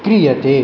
क्रियते